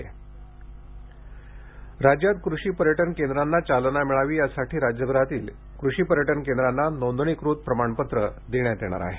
कृषी पर्यटन राज्यात कृषी पर्यटन केंद्राना चालना मिळावी यासाठी राज्यभरातील कृषी पर्यटन केंद्राना नोंदणीकृत प्रमाणपत्र देण्यात येणार आहे